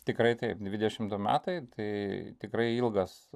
tikrai taip dvidešimt du metai tai tikrai ilgas